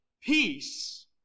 peace